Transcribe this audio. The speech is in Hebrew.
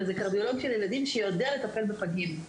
אלא זה קרדיולוג ילדים שיודע לטפל בפגים,